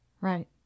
right